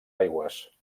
aigües